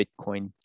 Bitcoin